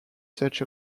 such